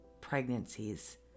pregnancies